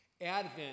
Advent